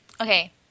Okay